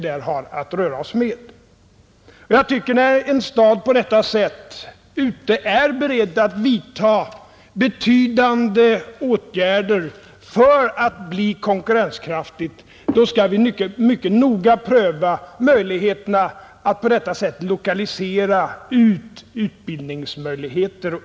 När en stad ute i landet på detta sätt är beredd att vidtaga betydande åtgärder för att bli konkurrenskraftig tycker jag att vi mycket noga skall pröva möjligheterna att där lokalisera utbildningsresurser.